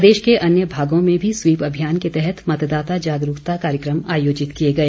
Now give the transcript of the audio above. प्रदेश के अन्य भागों में भी स्वीप अभियान के तहत मतदाता जागरूकता कार्यक्रम आयोजित किए गए